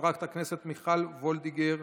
חברת הכנסת מיכל וולדיגר,